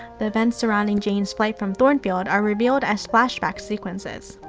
the events surrounding jane's flight from thornfield are revealed as flashback sequences.